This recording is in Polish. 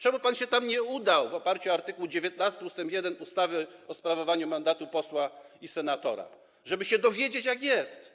Czemu pan się tam nie udał w oparciu o art. 19 ust. 1 ustawy o sprawowaniu mandatu posła i senatora, żeby się dowiedzieć, jak jest?